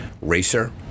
racer